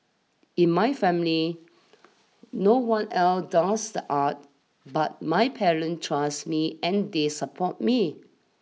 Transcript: in my family no one else does the art but my parents trust me and they support me